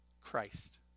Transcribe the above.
Christ